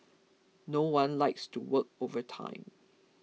no one likes to work overtime